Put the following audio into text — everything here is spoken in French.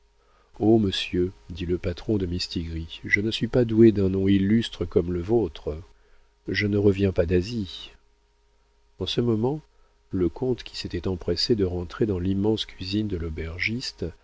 oh monsieur dit le patron de mistigris je ne suis pas doué d'un nom illustre comme le vôtre je ne reviens pas d'asie en ce moment le comte qui s'était empressé de rentrer dans l'immense cuisine de l'aubergiste